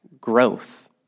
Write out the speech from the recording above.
growth